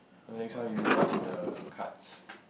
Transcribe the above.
the next one we move on to the cards